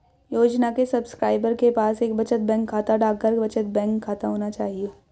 योजना के सब्सक्राइबर के पास एक बचत बैंक खाता, डाकघर बचत बैंक खाता होना चाहिए